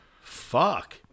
fuck